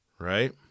Right